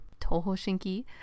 Tohoshinki